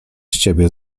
ciebie